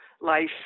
life